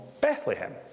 Bethlehem